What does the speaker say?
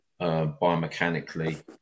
biomechanically